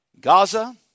Gaza